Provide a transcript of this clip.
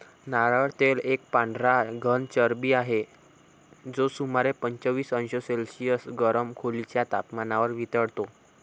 नारळ तेल एक पांढरा घन चरबी आहे, जो सुमारे पंचवीस अंश सेल्सिअस गरम खोलीच्या तपमानावर वितळतो